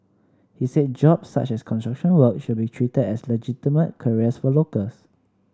he said jobs such as construction work should be treated as legitimate careers for locals